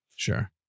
Sure